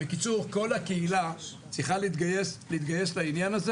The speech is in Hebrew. בקיצור כל הקהילה צריכה להתגייס לעניין הזה